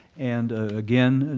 and again, and